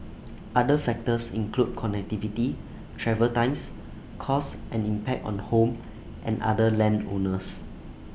other factors include connectivity travel times costs and impact on home and other land owners